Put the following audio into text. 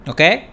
Okay